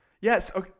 Yes